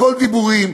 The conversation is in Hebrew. הכול דיבורים,